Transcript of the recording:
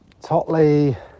totley